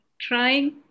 trying